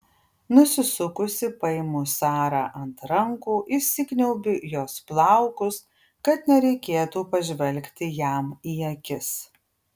nusisukusi paimu sarą ant rankų įsikniaubiu į jos plaukus kad nereikėtų pažvelgti jam į akis